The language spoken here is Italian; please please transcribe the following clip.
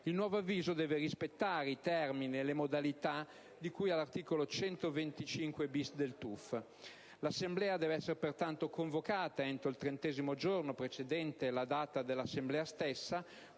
Il nuovo avviso deve rispettare i termini e le modalità di cui all'articolo 125-*bis* del TUF. L'assemblea deve pertanto essere convocata entro il trentesimo giorno precedente la data dell'assemblea stessa,